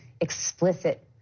explicit